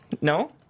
No